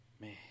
man